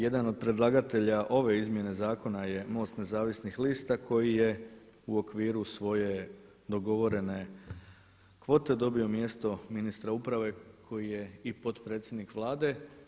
Jedan od predlagatelja ove izmjene zakona je MOST Nezavisnih lista koji je u okviru svoje dogovorene kvote dobio mjesto ministra uprave koje je i potpredsjednik Vlade.